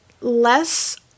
less